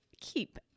keep